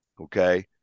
okay